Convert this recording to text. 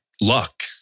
luck